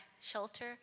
shelter